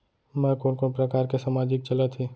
मैं कोन कोन प्रकार के सामाजिक चलत हे?